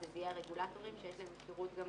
זה יהיה הרגולטורים שיש להם אפשרות לבדוק